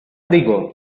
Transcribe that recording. digo